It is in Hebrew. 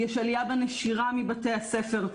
יש עלייה בנשירה מבתי הספר.